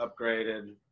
upgraded